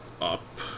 up